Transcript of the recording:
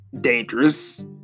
dangerous